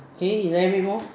can you elaborate more